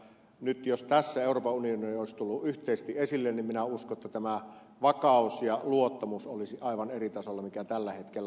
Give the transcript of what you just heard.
nyt jos tässä euroopan unioni olisi tullut yhteisesti esille niin minä uskon että tämä vakaus ja luottamus olisi aivan eri tasolla kuin tällä hetkellä on